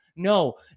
No